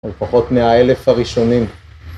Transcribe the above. לפחות מהאלף הראשונים